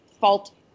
fault